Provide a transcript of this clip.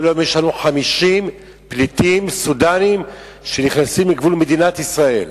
כל יום יש לנו 50 פליטים סודנים שנכנסים דרך גבול מדינת ישראל.